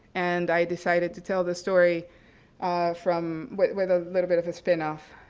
and i decided to tell the story from with with a little bit of a spinoff.